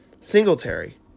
Singletary